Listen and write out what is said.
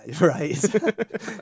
Right